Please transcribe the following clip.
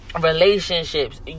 relationships